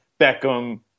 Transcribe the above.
Beckham